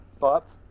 Thoughts